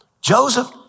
Joseph